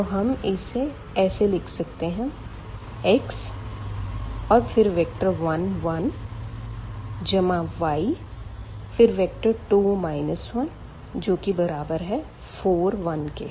तो हम इसे ऐसे लिख सकते है x और फिर वेक्टर 1 1 जमा y और फिर वेक्टर 2 1 जो की बराबर है वेक्टर 4 1 के